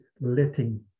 letting